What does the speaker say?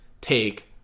take